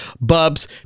Bubs